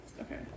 Okay